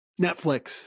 Netflix